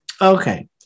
Okay